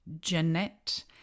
Jeanette